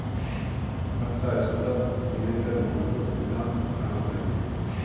बच्चा स्कूलत निवेशेर मूलभूत सिद्धांत सिखाना चाहिए